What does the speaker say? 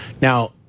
Now